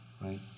right